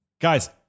Guys